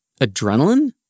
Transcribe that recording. adrenaline